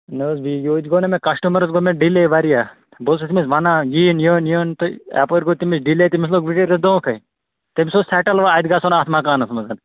نہَ حظ بیٚیہِ یَوٕ تہِ گوٚو نا مےٚ کَسٹٕمَرَس گوٚو مےٚ ڈِلے واریاہ بہٕ اوسُس تٔمِس وَنان ییٖن یُن یُن تُہۍ یَپٲرۍ گوٚو تٔمِس ڈِلے تٔمِس لوٚگ بَچٲرِس دھونٛکھَے تٔمِس اوس سٮ۪ٹَل وۅنۍ اَتہِ گژھُن اَتھ مَکانَس منٛز